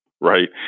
right